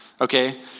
okay